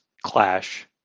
clash